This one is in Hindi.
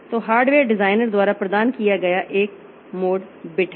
तो हार्डवेयर डिजाइनर द्वारा प्रदान किया गया एक मोड बिट है